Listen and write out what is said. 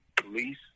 police